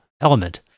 element